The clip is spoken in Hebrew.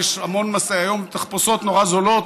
היום התחפושות מסין מאוד זולות,